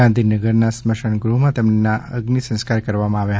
ગાંધીનગરના સ્મશાનગૃહમાં તેમના અગ્નિ સંસ્કાર કરવામાં આવ્યા